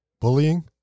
Bullying